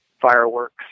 fireworks